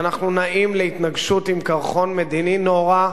ואנחנו נעים להתנגשות עם קרחון מדיני נורא,